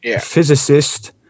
physicist